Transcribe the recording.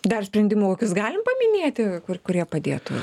dar sprendimų kokius galim paminėti kur kurie padėtų